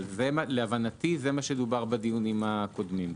אבל להבנתי זה מה שדובר בדיונים הקודמים.